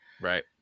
Right